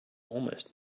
almost